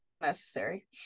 necessary